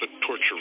Torture